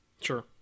Sure